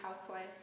housewife